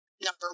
number